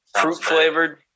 fruit-flavored